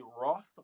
Roth